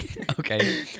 okay